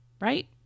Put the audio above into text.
Right